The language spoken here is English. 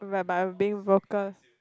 whereby I'm being vocal